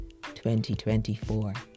2024